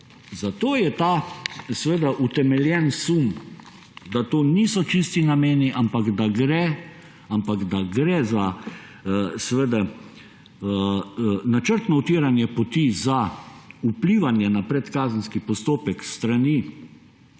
Zato je ta utemeljen sum, da to niso čisti nameni, ampak da gre za načrtno utiranje poti za vplivanje na predkazenski postopek s strani